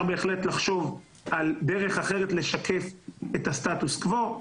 בהחלט לחשוב על דרך אחרת לשקף את הסטטוס קוו,